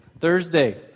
Thursday